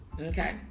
Okay